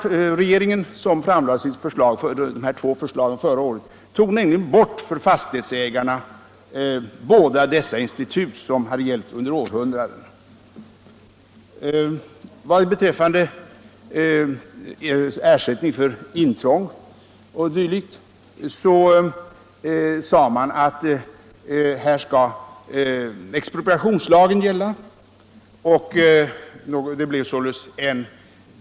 Regeringen, som framlade de här två förslagen förra året, tog nämligen för fastighetsägarna bort båda dessa institut som hade gällt under århundraden. Vad beträffar ersättning för intrång o. d. sades att expropriationslagen skulle gälla.